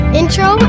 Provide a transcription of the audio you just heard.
intro